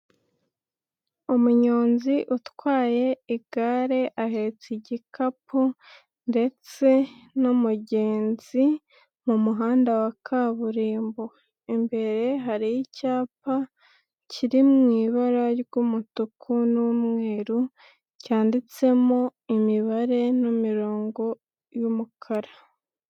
Umunyonzi utwaye igare ahetse igikapu, ndetse, n'umugenzi mu muhanda wa kaburimbo. Imbere hari icyapa, kiri mu ibara ry'umutuku n'umweru cyanditsemo imibare n'imirongo y'umukara.